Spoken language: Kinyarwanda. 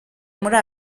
muri